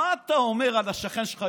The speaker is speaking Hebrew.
מה אתה אומר על השכן שלך,